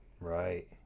Right